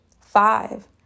Five